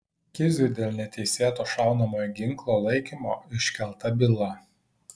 kiziui dėl neteisėto šaunamojo ginklo laikymo iškelta byla